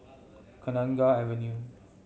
Kenanga Avenue